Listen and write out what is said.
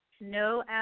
no